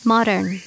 Modern